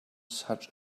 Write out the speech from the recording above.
such